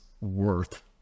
worth